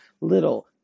little